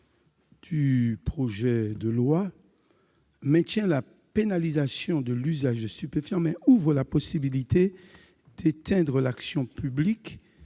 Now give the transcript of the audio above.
Cet article maintient la pénalisation de l'usage de stupéfiants, mais ouvre la possibilité d'éteindre l'action publique,